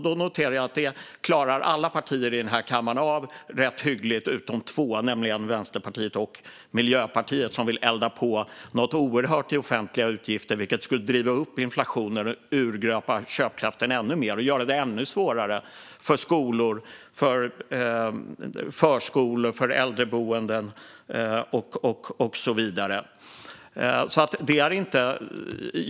Jag noterar att alla partier i denna kammare klarar av detta rätt hyggligt utom två, nämligen Vänsterpartiet och Miljöpartiet, som vill elda på de offentliga utgifterna något oerhört, vilket skulle driva upp inflationen, urgröpa köpkraften ännu mer och göra det ännu svårare för skolor, förskolor, äldreboenden och så vidare.